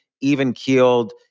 even-keeled